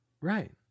Right